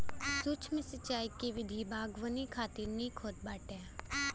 सूक्ष्म सिंचाई के विधि बागवानी खातिर निक होत बाटे